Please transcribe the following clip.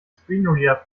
screenreader